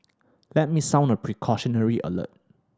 let me sound a precautionary alert